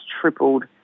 tripled